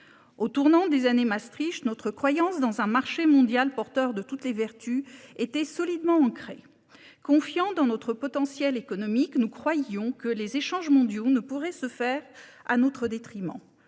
Au tournant des années Maastricht, notre croyance dans un marché mondial porteur de toutes les vertus était solidement ancrée. Confiants dans notre potentiel économique, nous croyions que les échanges mondiaux ne pourraient pas nous être